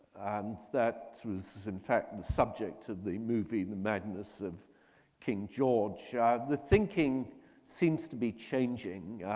and that was in fact the subject to the movie the madness of king george. ah the thinking seems to be changing.